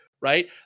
Right